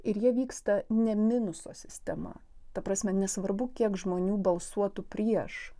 ir jie vyksta ne minuso sistema ta prasme nesvarbu kiek žmonių balsuotų prieš